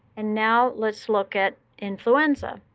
and now let's look at influenza.